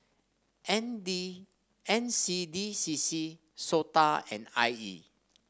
N D N C D C C SOTA and I E